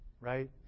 right